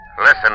Listen